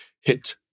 hit